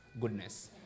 goodness